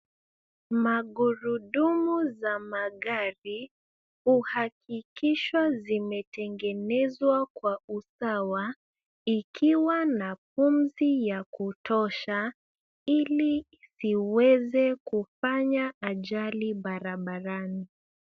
Magurudumu za magari huhakikisha zimetengenezwa kwa usawa ikiwa na pumzi ya kutosha ili zisiweze kufanya ajali Barabarani.